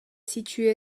situé